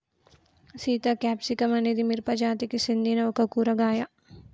Sita capsicum అనేది మిరపజాతికి సెందిన ఒక కూరగాయ